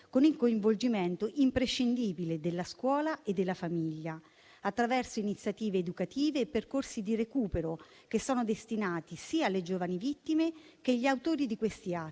con il coinvolgimento imprescindibile della scuola e della famiglia, attraverso iniziative educative e percorsi di recupero destinati sia alle giovani vittime che agli autori di questi atti